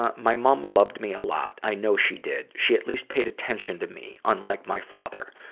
ah my mum loved me a lot. i know she did. she at least paid attention to me, unlike my father.